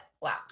wow